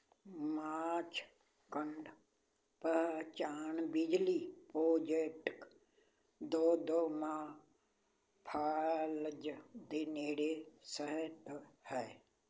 ਮਾਛਕੁਡ ਪਾਛਣ ਬਿਜਲੀ project Duduma falls ਦੇ ਨੇੜੇ ਸਹਿਤ ਹੈ